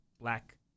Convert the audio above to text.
black